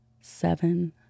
seven